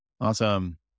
Awesome